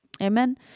Amen